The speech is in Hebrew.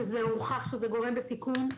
שהוכח שזה גורם סיכון,